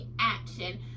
action